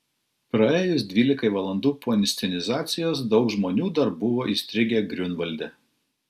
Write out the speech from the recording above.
praėjus dvylikai valandų po inscenizacijos daug žmonių dar buvo įstrigę griunvalde